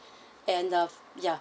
and the yeah